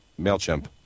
MailChimp